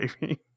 Baby